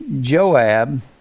Joab